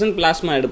plasma